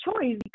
choice